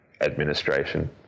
administration